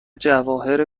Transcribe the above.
جواهر